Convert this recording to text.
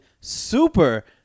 super